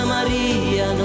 Maria